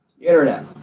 internet